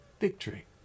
victory